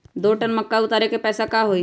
दो टन मक्का उतारे के पैसा का होई?